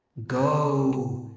go!